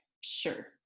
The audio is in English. sure